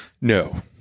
No